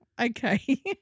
Okay